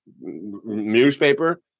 newspaper